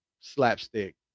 slapstick